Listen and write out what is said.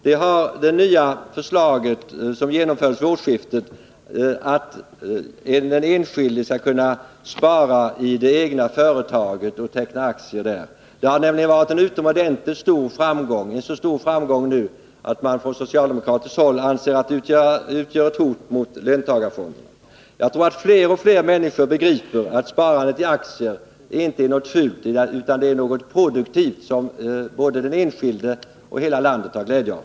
Den bestämmelse som trädde i kraft fr.o.m. årsskiftet, nämligen att den enskilde skall kunna spara i det egna företaget genom att teckna sig för aktier där, har inneburit en utomordentligt stor framgång, ja, så stor att man inom socialdemokratin ser den som ett hot mot löntagarfonderna. Jag tror att fler och fler människor förstår att sparande i aktier inte är något fult utan något produktivt, som både den enskilde och landet har glädje av.